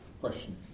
Question